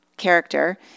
character